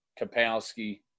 Kapowski